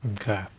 Okay